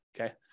Okay